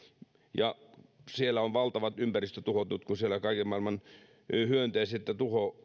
ja siellä on valtavat ympäristötuhot kun siellä kaiken maailman hyönteiset ja